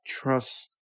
Trust